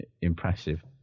impressive